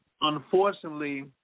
unfortunately